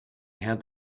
heard